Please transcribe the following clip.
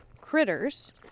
critters